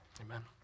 Amen